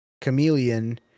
Chameleon